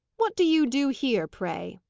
what do you do here, pray?